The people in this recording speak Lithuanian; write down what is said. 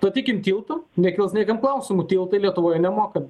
statykim tiltą nekils niekam klausimų tiltai lietuvoje nemoki